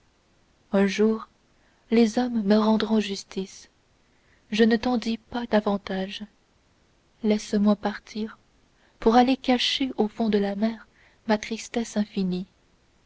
un jour les hommes me rendront justice je ne t'en dis pas davantage laisse-moi partir pour aller cacher au fond de la mer ma tristesse infinie